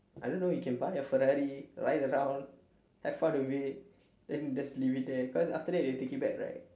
I don't know you can buy a ferrari ride around have fun with it then just leave it there cause after that they will take it back right